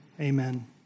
Amen